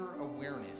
awareness